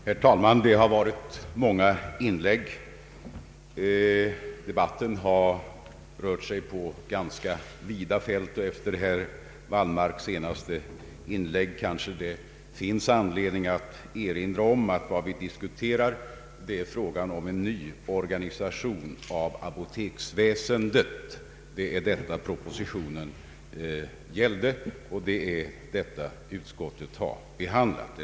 Herr talman! Det har varit många inlägg i detta ärende. Debatten har rört sig på ganska vida fält, och efter herr Wallmarks senaste inlägg finns det kanske anledning att erinra om att vad vi diskuterar är frågan om en ny organisation av apoteksväsendet. Det är detta ärende propositionen gäller och det är detta utskotten har behandlat.